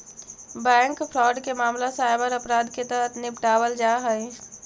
bank fraud के मामला cyber अपराध के तहत निपटावल जा हइ